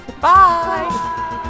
Bye